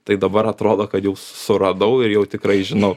tai dabar atrodo kad jau suradau ir jau tikrai žinau